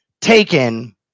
taken